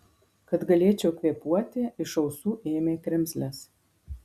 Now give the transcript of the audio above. kad galėčiau kvėpuoti iš ausų ėmė kremzles